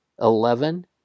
eleven